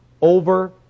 over